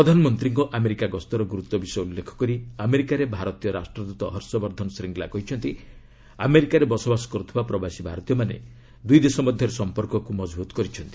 ପ୍ରଧାନମନ୍ତ୍ରୀଙ୍କ ଆମେରିକା ଗସ୍ତର ଗୁରୁତ୍ୱ ବିଷୟ ଉଲ୍ଲେଖ କରି ଅମେରିକାରେ ଭାରତୀୟ ରାଷ୍ଟ୍ରଦୂତ ହର୍ଷବର୍ଦ୍ଧନ ଶ୍ରୀଙ୍ଗ୍ଲା କହିଛନ୍ତି ଆମେରିକାରେ ବସବାସ କରୁଥିବା ପ୍ରବାସୀ ଭାରତୀୟମାନେ ଦୁଇ ଦେଶ ମଧ୍ୟରେ ସମ୍ପର୍କକୁ ମଜବୁତ୍ କରିଛନ୍ତି